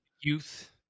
Youth